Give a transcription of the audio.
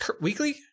weekly